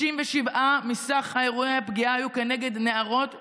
67 מסך אירועי הפגיעה היו כנגד נערות וילדות,